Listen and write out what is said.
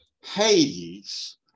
Hades